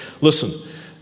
Listen